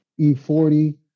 e40